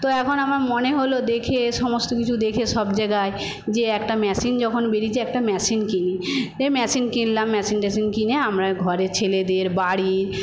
তো এখন আমার মনে হল দেখে সমস্ত কিছু দেখে সব জায়গায় যে একটা ম্যাশিন যখন বেরিয়েছে একটা ম্যাশিন কিনি ম্যাশিন কিনলাম মেশিন ট্যাশিন কিনে আমরা ঘরে ছেলেদের বাড়ির